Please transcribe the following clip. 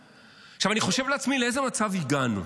עכשיו, אני חושב לעצמי, לאיזה מצב הגענו?